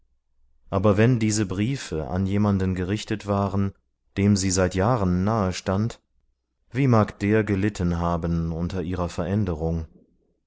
aber wenn diese briefe an jemanden gerichtet waren dem sie seit jahren nahestand wie mag der gelitten haben unter ihrer veränderung